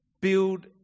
Build